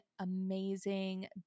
amazing